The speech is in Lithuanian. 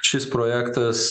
šis projektas